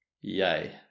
Yay